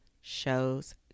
shows